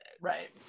right